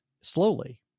slowly